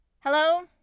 Hello